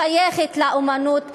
שייכת לאמנות הערבית,